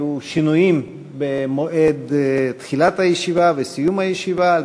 יהיו שינויים במועדי תחילת הישיבה וסיום הישיבה על